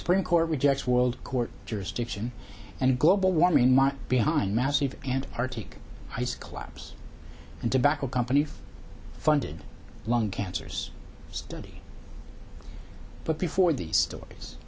supreme court rejects world court jurisdiction and global warming might behind massive and arctic ice collapse and tobacco company funded lung cancers study but before these stories